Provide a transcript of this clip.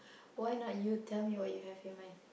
why not you tell me what you have in mind